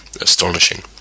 astonishing